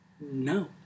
No